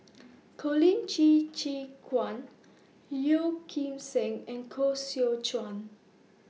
Colin Qi Zhe Quan Yeo Kim Seng and Koh Seow Chuan